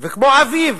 וכמו אבי"ב,